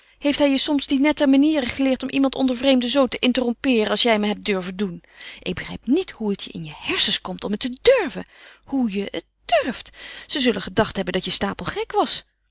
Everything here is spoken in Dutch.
heeft hij je soms die nette manieren geleerd om iemand onder vreemden zoo te interrompeeren als jij mij hebt durven doen ik begrijp niet hoe het je in je hersens komt om het te durven hoe je het durft ze zullen gedacht hebben dat je stapelgek was